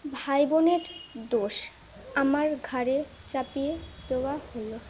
ভাইবনের দোষ আমার ঘাড়ে চাপিয়ে দেওয়া হলো